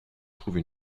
trouve